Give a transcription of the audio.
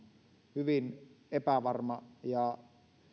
hyvin epävarma ja